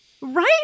right